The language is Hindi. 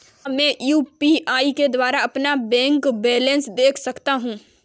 क्या मैं यू.पी.आई के द्वारा अपना बैंक बैलेंस देख सकता हूँ?